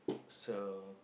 so